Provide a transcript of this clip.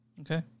Okay